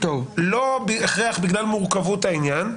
לא בהכרח בגלל מורכבות העניין,